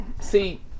See